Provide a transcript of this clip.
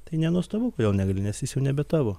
tai nenuostabu kodėl negali nes jis jau nebe tavo